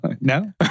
No